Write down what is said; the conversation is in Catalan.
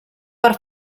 per